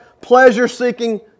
pleasure-seeking